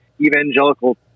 evangelical